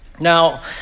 Now